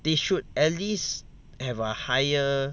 they should at least have a higher